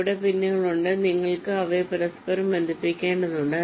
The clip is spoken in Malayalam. ഇവിടെ പിന്നുകൾ ഉണ്ട് നിങ്ങൾ അവയെ പരസ്പരം ബന്ധിപ്പിക്കേണ്ടതുണ്ട്